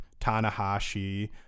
Tanahashi